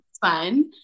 fun